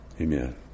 Amen